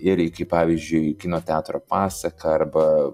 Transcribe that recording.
ir iki pavyzdžiui kino teatro pasaka arba